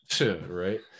Right